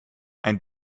ein